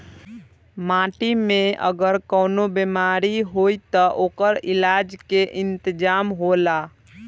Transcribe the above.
माटी में अगर कवनो बेमारी होई त ओकर इलाज के इंतजाम होला